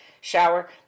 shower